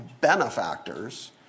benefactors